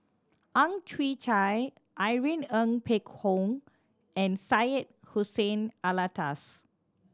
Ang Chwee Chai Irene Ng Phek Hoong and Syed Hussein Alatas